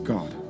God